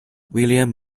william